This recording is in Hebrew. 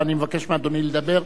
ואני מבקש מאדוני לדבר,